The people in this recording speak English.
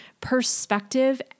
perspective